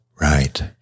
Right